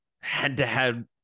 head-to-head